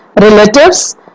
relatives